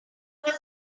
even